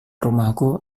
rumahku